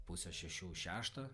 pusę šešių šeštą